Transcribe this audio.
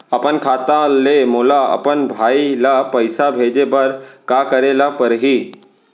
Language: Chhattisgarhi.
अपन खाता ले मोला अपन भाई ल पइसा भेजे बर का करे ल परही?